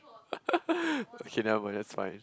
okay nevermind that's fine